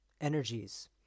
energies